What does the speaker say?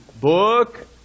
book